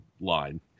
line